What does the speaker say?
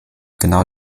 genau